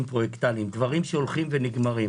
פרוייקטליים, דברים שהולכים ונגמרים.